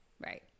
right